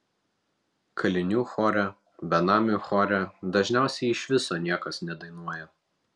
kalinių chore benamių chore dažniausiai iš viso niekas nedainuoja